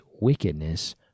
wickedness